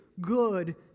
good